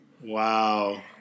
Wow